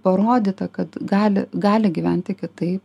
parodyti kad gali gali gyventi kitaip